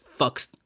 fucks